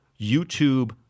YouTube